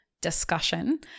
discussion